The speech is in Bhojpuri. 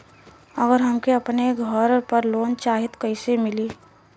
अगर हमके अपने घर पर लोंन चाहीत कईसे मिली?